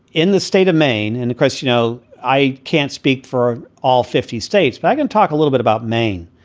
in the state of maine and across, you know, i can't speak for all fifty states, but i can talk a little bit about maine.